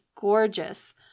gorgeous